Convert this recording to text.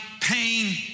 pain